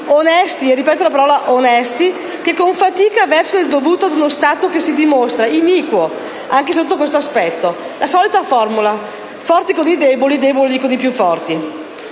onesti ‑ e ripeto la parola: onesti ‑ che con fatica versano il dovuto ad uno Stato che si dimostra iniquo anche sotto questo aspetto. La solita formula: forte con i deboli e debole con i più forti.